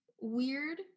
weird